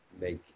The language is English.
make